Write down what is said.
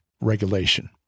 regulation